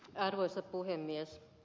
arvoisa puhemies